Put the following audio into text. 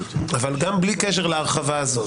אבל גם בלי קשר להרחבה הזאת,